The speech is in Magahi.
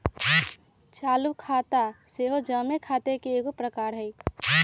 चालू खता सेहो जमें खता के एगो प्रकार हइ